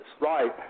Right